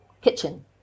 kitchen